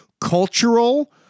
cultural